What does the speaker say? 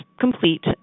complete